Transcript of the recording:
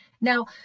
Now